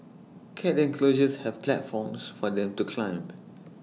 cat enclosures have platforms for them to climb